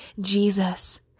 Jesus